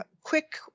quick